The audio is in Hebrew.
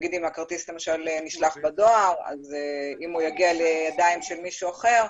אם הכרטיס למשל נשלח בדואר ואם הוא יגיע לידיים של מישהו אחר,